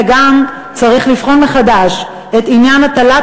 וגם צריך לבחון מחדש את עניין הטלת